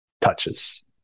Touches